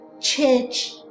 church